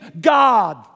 God